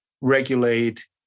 regulate